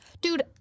Dude